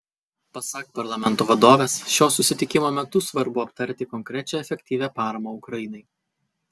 pasak parlamento vadovės šio susitikimo metu svarbu aptarti konkrečią efektyvią paramą ukrainai